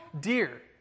dear